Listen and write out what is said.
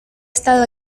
estado